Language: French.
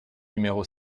numéro